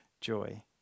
joy